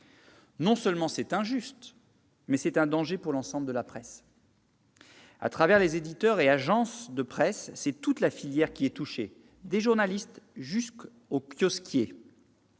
Non seulement c'est injuste, mais c'est un danger pour l'ensemble de la presse. À travers les éditeurs et les agences de presse, c'est toute la filière qui est touchée, des journalistes jusqu'aux kiosquiers.